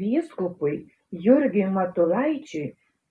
vyskupui jurgiui matulaičiui